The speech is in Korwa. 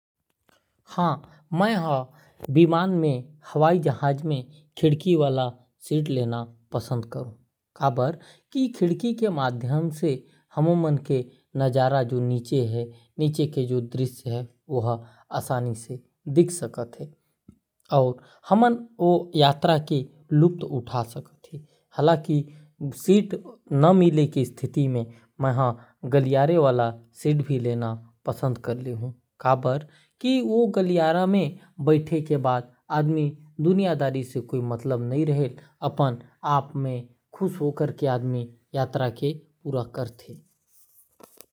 हां मैं हर विमान में खिड़की के सीट ला लेना पसंद करहूं। कहे बर नजारा और दृश्य दिख सके और यात्रा के लुफ्त उठा सको। हालांकि सीट न मिले के स्थिति में गलियारा वाला सीट लेना पसंद करहूं जहां कोनो से कोई मतलब ना हो और अपन मौज से यात्रा के आनंद उठा सको।